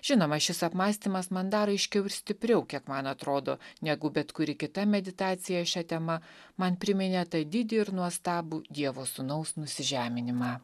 žinoma šis apmąstymas man dar aiškiau ir stipriau kiek man atrodo negu bet kuri kita meditacija šia tema man priminė tą didį ir nuostabų dievo sūnaus nusižeminimą